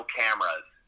cameras